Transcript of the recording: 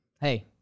hey